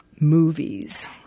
movies